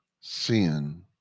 sin